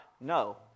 No